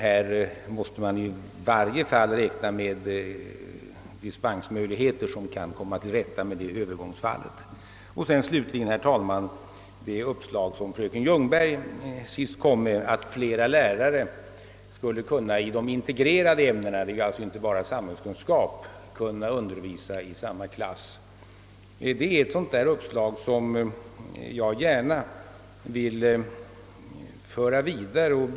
Jag tror att man i sådana fall måste räkna med dispensmöjligheter för att under en övergångstid komma till rätta med problemet. Fröken Ljungbergs uppslag att flera lärare i de integrerade ämnena över huvud taget — det gäller alltså inte bara samhällskunskap — borde kunna undervisa i samma klass vill jag gärna föra vidare för att få det mera allsidigt belyst.